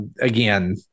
Again